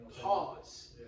Pause